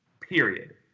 period